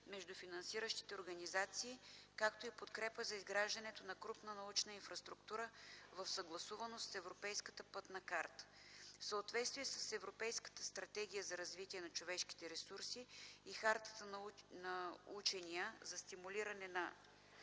между финансиращите организации, както и подкрепа за изграждането на крупна научна инфраструктура в съгласуваност с Европейската пътна карта. В съответствие с Европейската стратегия за развитие на човешките ресурси и Хартата на учения за стимулиране на